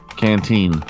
canteen